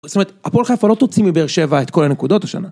זאת אומרת, הפועל חיפה לא תוציא מבאר שבע את כל הנקודות השנה.